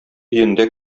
өендә